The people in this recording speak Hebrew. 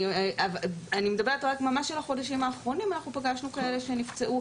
אני מדברת רק על החודשים האחרונים ואנחנו פגשנו כאלה שנפצעו